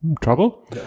trouble